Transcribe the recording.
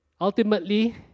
Ultimately